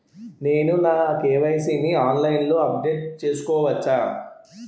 నేను నా కే.వై.సీ ని ఆన్లైన్ లో అప్డేట్ చేసుకోవచ్చా?